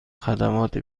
خدمات